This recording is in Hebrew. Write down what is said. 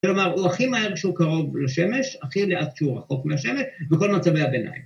‫כלומר, הוא הכי מהר כשהוא קרוב לשמש, ‫הכי לאט כשהוא רחוק מהשמש, ‫בכל מצבי הביניים.